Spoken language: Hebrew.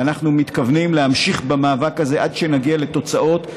ואנחנו מתכוונים להמשיך במאבק הזה עד שנגיע לתוצאות,